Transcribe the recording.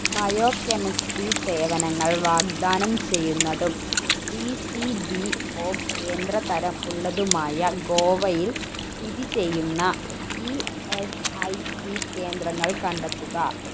biochemistry സേവനങ്ങൾ വാഗ്ദാനം ചെയ്യുന്നതും ഡി സി ബി ഒ കേന്ദ്ര തരം ഉള്ളതുമായ ഗോവയിൽ സ്ഥിതി ചെയ്യുന്ന ഇ എസ് ഐ സി കേന്ദ്രങ്ങൾ കണ്ടെത്തുക